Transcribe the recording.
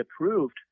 approved